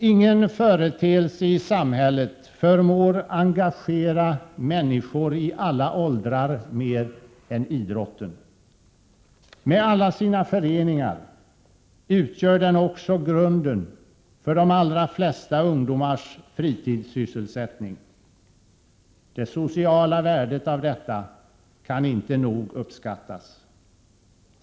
Ingen företeelse i samhället förmår engagera människor i alla åldrar mer än idrotten. Med alla sina föreningar utgör den också grunden för de allra flesta ungdomars fritidssysselsättning. Det sociala värdet av detta kan inte nog uppskattas.